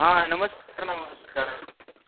हा नमस्कार नमस्कार